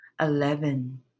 eleven